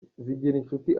zigirinshuti